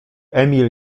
emil